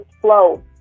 flow